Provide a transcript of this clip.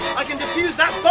i can diffuse that